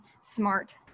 smart